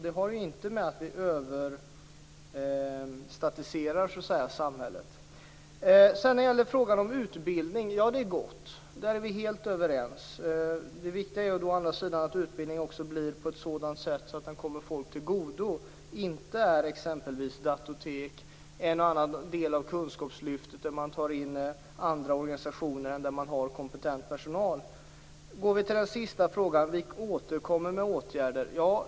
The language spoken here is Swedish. Det har inte att göra med att vi så att säga överstatistikiserar samhället. Frågan om utbildning, ja, det är gott. Där är vi helt överens. Men det viktiga är att utbildningen också genomförs på ett sådant sätt att den kommer folk till godo och inte utgörs av exempelvis datortek, en och annan del av kunskapslyftet där man tar in andra organisationer än de där man har kompetent personal. Vi går så till svaret på den sista frågan: Vi återkommer med åtgärder.